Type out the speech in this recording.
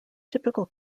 typical